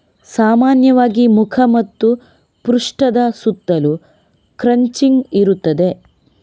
ಸಾಮಾನ್ಯವಾಗಿ ಮುಖ ಮತ್ತು ಪೃಷ್ಠದ ಸುತ್ತಲೂ ಕ್ರಚಿಂಗ್ ಇರುತ್ತದೆ